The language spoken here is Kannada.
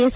ಎಸ್